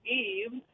eve